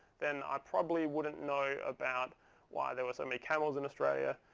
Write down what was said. then i probably wouldn't know about why there were so many camels in australia,